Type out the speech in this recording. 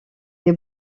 des